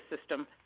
system